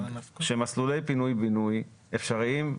שמסלולי פינוי בינוי אפשריים,